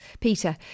Peter